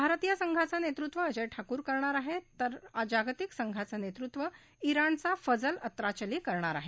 भारतीय संघाचं नेतृत्व अजय ठाकूर करणार आहेत तर जागतिक संघांचं नेतृत्व इराणचा फजल अत्राचली करणार आहे